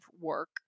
work